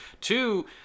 Two